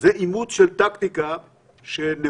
זה אימוץ של טקטיקה שנהוגה